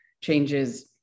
changes